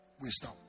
wisdom